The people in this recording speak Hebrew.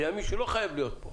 בימים שהוא לא חייב להיות פה.